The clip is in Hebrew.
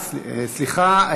נוסיף.